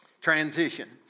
Transition